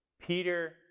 Peter